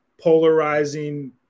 polarizing